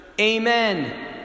Amen